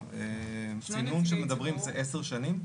והצינון שמדברים זה עשר שנים?